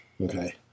Okay